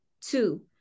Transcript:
Two